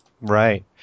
Right